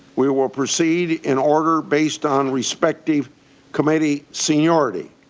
will will proceed in order based on respective committee seniority.